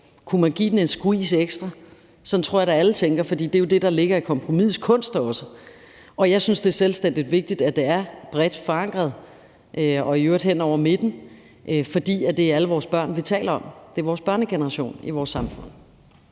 Kunne man give den en skvis ekstra? Sådan tror jeg da alle tænker, for det er jo også det, der ligger i kompromisets kunst. Og jeg synes, det er utrolig vigtigt, at det er bredt forankret og i øvrigt hen over midten, fordi det er alle vores børn, vi taler om. Det er børnegenerationen i vores samfund.